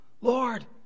Lord